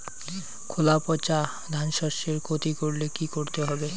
খোলা পচা ধানশস্যের ক্ষতি করলে কি করতে হবে?